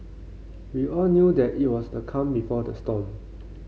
we all knew that it was the calm before the storm